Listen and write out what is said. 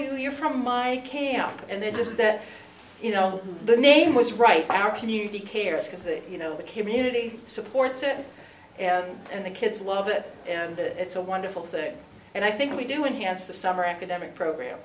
to you're from my camp and they just that you know the name was right for our community care because they you know became unity supports it and the kids love it and it's a wonderful thing and i think we do enhance the summer academic program